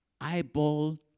Eyeball